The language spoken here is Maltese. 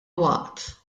waqt